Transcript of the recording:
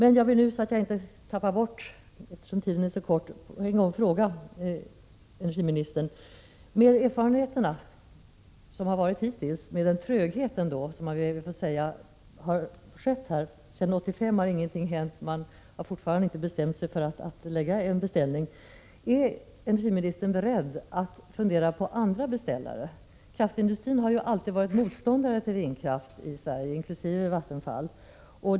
Eftersom taletiden är så kort, ställer jag på en gång en fråga: Erfarenheterna hittills har visat att det varit en, får vi lov att säga tröghet, eftersom det inte hänt någonting sedan 1985. Man har fortfarande inte bestämt sig för att lägga en beställning. Är energiministern beredd att fundera på andra beställare? Kraftindustrin inkl. Vattenfall har alltid varit motståndare till vindkraft.